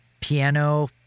piano